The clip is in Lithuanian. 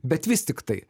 bet vis tiktai